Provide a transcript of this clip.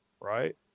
Right